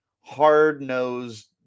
hard-nosed